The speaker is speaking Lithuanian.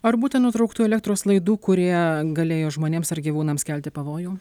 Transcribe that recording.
ar būta nutrauktų elektros laidų kurie galėjo žmonėms ar gyvūnams kelti pavojų